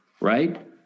right